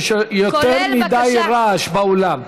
יש יותר מדי רעש באולם.